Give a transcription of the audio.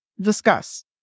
discuss